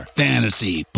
fantasy